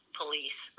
police